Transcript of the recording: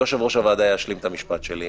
יושב-ראש הוועדה ישלים את המשפט שלי,